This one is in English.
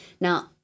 Now